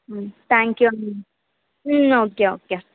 thank you అండి okay okay